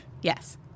Yes